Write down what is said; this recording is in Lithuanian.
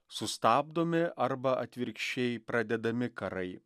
sustabdomi arba atvirkščiai pradedami karai